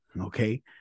okay